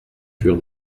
furent